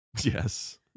Yes